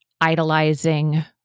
idolizing